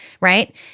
right